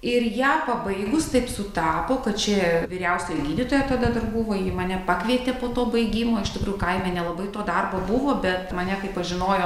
ir ją pabaigus taip sutapo kad čia vyriausioji gydytoja tada dar buvo ji mane pakvietė po to baigimo iš tikrųjų kaime nelabai to darbo buvo bet mane kai pažinojo